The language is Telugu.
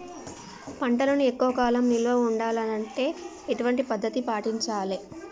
పంటలను ఎక్కువ కాలం నిల్వ ఉండాలంటే ఎటువంటి పద్ధతిని పాటించాలే?